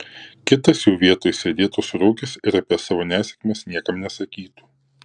kitas jų vietoj sėdėtų surūgęs ir apie savo nesėkmes niekam nesakytų